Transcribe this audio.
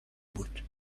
بود